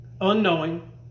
Unknowing